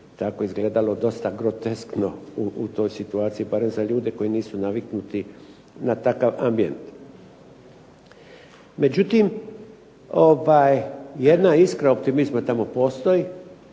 tako izgledalo dosta groteskno u toj situaciji, barem za ljude koji nisu naviknuti na takav ambijent. Međutim jedna iskra optimizma tamo postoji,